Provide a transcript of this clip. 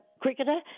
cricketer